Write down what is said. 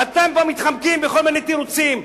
ואתם מתחמקים בכל מיני תירוצים.